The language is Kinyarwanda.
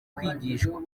kwigishwa